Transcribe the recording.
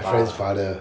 friend's father